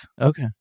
Okay